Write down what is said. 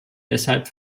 deshalb